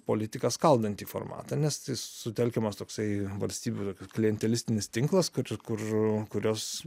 politiką skaldantį formatą nes sutelkiamas toksai valstybių klientelistinis tinklas kad kur kurios